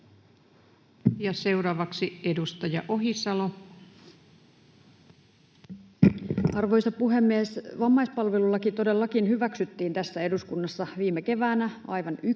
lainsäädännöksi Time: 16:51 Content: Arvoisa puhemies! Vammaispalvelulaki todellakin hyväksyttiin tässä eduskunnassa viime keväänä aivan